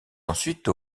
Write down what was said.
ensuite